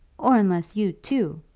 or unless you, too,